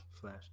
Flash